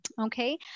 Okay